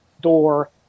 door